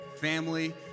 Family